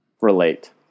relate